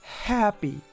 happy